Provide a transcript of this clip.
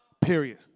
Period